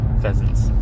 pheasants